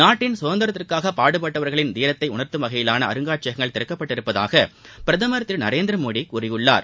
நாட்டின் சுதந்திரத்திற்காக பாடுபட்டவர்களின் தீரத்தை உணர்த்தும் வகையிலான அருங்காட்சியகங்கள் திறக்கப்பட்டுள்ளதாக பிரதமர் திரு நரேந்திரமோடி கூறியுள்ளார்